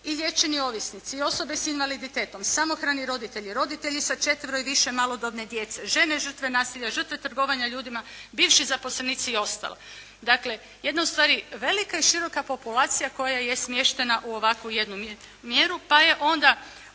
i liječeni ovisnici, i osobe sa invaliditetom, samohrani roditelji, roditelji sa četvero i više malodobne djece, žene žrtve nasilja, žrtve trgovanja ljudima, bivši zaposlenici i ostali. Dakle jedna ustvari velika i široka populacija koja je smještena u ovakvu jednu mjeru pa je onda